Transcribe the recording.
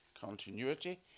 continuity